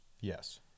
Yes